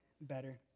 better